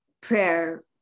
prayer